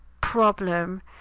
problem